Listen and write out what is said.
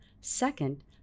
Second